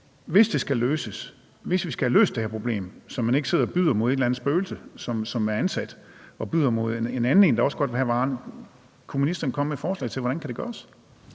hvis vi skal have løst det her problem, så man ikke sidder og byder mod et eller andet spøgelse, som er ansat og byder mod en anden en, der også godt vil have varen – kunne ministeren så komme med et forslag til, hvordan det kan gøres?